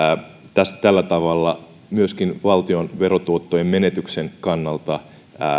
tällä tavalla myöskin valtion verotuottojen menetyksen kannalta